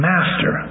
Master